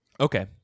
Okay